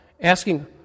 asking